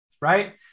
right